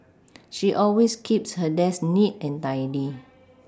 she always keeps her desk neat and tidy